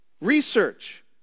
Research